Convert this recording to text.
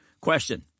Question